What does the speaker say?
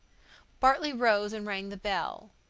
bartley rose and rang the bell.